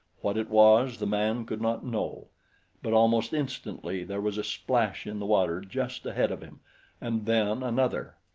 what it was, the man could not know but almost instantly there was a splash in the water just ahead of him and then another.